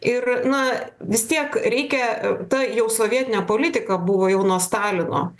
ir na vis tiek reikia ta jau sovietinė politika buvo jau nuo stalino